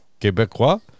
Quebecois